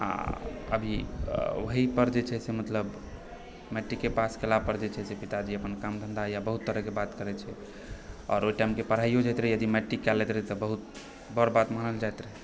आ अभी ओहिपर जे छै से मतलब मैट्रीके पास केला पर जे छै से पिताजी अपन काम धन्धा या बहुत तरहकेँ बात करय छै आओर ओहिटाइमके पढ़ाइयो जाइत रहय यदि मैट्रिक कए लयत रहै तऽ बहुत बड़ बात मानल जाइत रहै